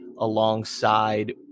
alongside